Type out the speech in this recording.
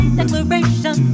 declaration